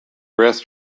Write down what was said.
rest